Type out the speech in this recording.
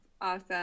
awesome